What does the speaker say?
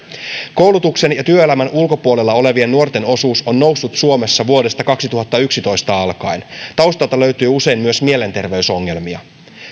koulutuksen ja työelämän ulkopuolella olevien nuorten osuus on noussut suomessa vuodesta kaksituhattayksitoista alkaen taustalta löytyy usein myös mielenterveysongelmia